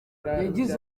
yagize